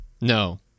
No